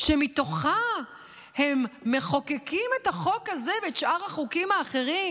שמתוכה הם מחוקקים את החוק הזה ואת שאר החוקים האחרים,